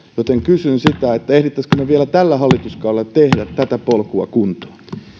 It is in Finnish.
joten kysyn ehtisimmekö me vielä tällä hallituskaudella tehdä tätä polkua kuntoon